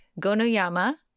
Gonoyama